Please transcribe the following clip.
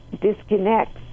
disconnects